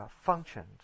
functioned